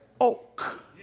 oak